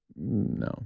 no